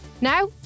Now